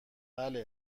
بله